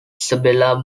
isabella